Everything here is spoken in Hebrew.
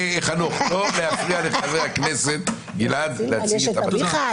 חנוך, לא להפריע לחבר הכנסת גלעד להציג את דבריו.